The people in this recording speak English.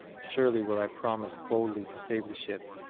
surely will i promise boldly to save the ship,